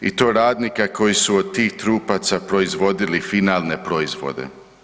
I to radnika koji su od tih trupaca proizvodili finalne proizvode.